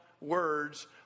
words